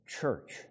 church